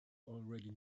already